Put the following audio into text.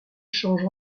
change